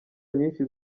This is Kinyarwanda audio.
nyinshi